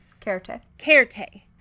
KerTe